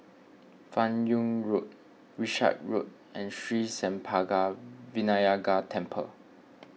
Fan Yoong Road Wishart Road and Sri Senpaga Vinayagar Temple